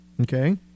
okay